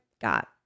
got